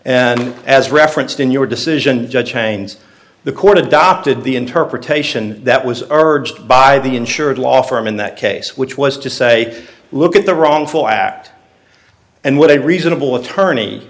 and as referenced in your decision judge chains the court adopted the interpretation that was urged by the insured law firm in that case which was to say look at the wrongful act and what a reasonable attorney